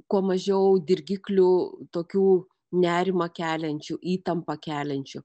kuo mažiau dirgiklių tokių nerimą keliančių įtampą keliančių